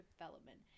development